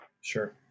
Sure